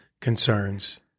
concerns